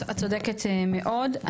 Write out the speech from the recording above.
את צודקת מאוד,